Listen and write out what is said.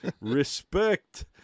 Respect